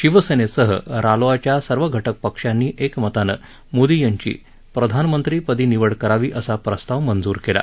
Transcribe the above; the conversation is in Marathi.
शिवसेनेसह रालोआच्या सर्व घटकपक्षांनी एकमतानं मोदी यांची प्रधानमंत्रीपदी निवड करावी असा प्रस्ताव मंजूर केला